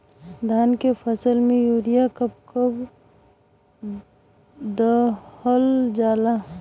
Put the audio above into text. धान के फसल में यूरिया कब कब दहल जाला?